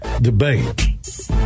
debate